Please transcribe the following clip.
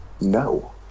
No